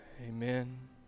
Amen